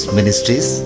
Ministries